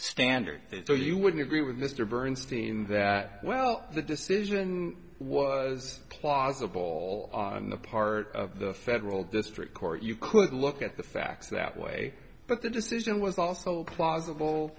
standard so you wouldn't agree with mr bernstein that well the decision was plausible on the part of the federal district court you could look at the facts that way but the decision was also plausible